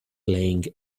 playing